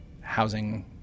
housing